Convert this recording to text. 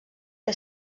que